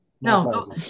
No